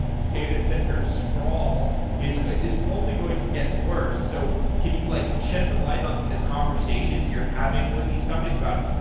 datacenter sprawl is ah is only going to get worse. so could you like shed some light on the conversations you're having with these companies about,